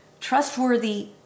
Trustworthy